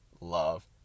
love